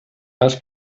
cas